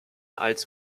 als